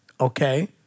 Okay